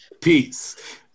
Peace